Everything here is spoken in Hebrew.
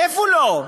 איפה לא?